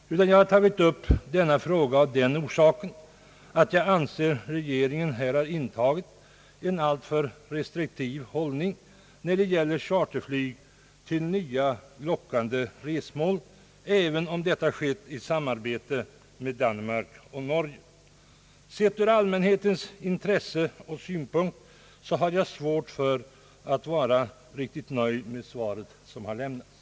Jag har tagit upp denna fråga därför att jag anser att regeringen här har intagit en alltför restriktiv hållning när det gäller charterflyg till nya lockande resmål, även om detta skett i samarbete med Danmark och Norge. Sett ur allmänhetens synpunkt har jag svårt för att vara nöjd med svaret som har lämnats.